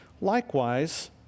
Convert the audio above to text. likewise